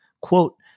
quote